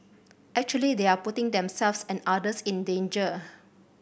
actually they are putting themselves and others in danger